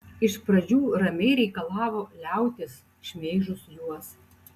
iš pradžių ramiai reikalavo liautis šmeižus juos